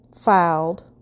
filed